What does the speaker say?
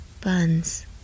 Buns